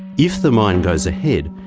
if the mine goes ahead,